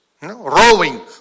Rowing